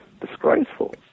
disgraceful